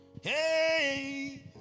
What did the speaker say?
Hey